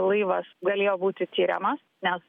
laivas galėjo būti tiriamas nes